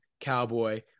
cowboy